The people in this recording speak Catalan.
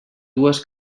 dues